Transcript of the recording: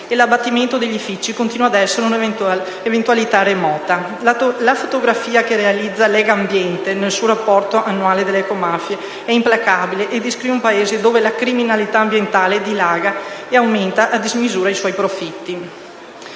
e l'abbattimento degli edifici continua ad essere una eventualità remota. La fotografia che realizza Legambiente nel suo rapporto annuale sulle ecomafie è implacabile e descrive un Paese dove la criminalità ambientale dilaga e aumenta a dismisura i suoi profitti.